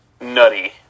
nutty